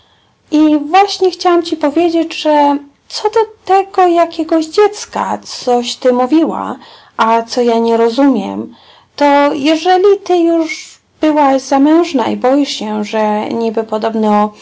chciałam ci powiedzieć że co do tego jakiegoś dziecka coś ty mówiła a co ja nie rozumiem to jeżeli ty już byłaś zamężna i boisz się że niby podobno